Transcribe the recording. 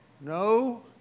no